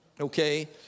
Okay